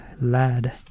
lad